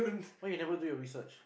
why you never do your research